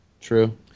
True